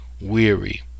weary